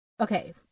Okay